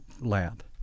lab